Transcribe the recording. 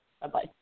Bye-bye